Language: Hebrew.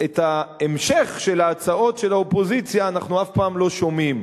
את ההמשך של ההצעות של האופוזיציה אנחנו אף פעם לא שומעים.